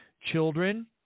children